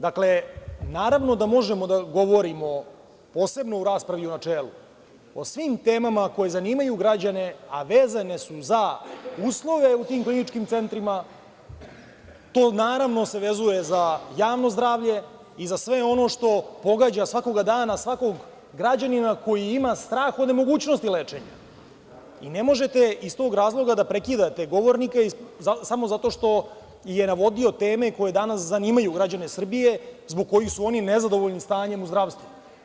Dakle, naravno da možemo da govorimo, posebno u raspravi u načelu, o svim temama koje zanimaju građane, a vezane su za uslove u tim kliničkim centrima, to naravno, se vezuje za javno zdravlje i za sve ono što pogađa svakoga dana svakog građanina koji ima strah od nemogućnosti lečenja i ne možete iz tog razloga da prekidate govornika samo zato što je navodio teme koje danas zanimaju građane Srbije, zbog koji su oni nezadovoljni stanjem u zdravstvu.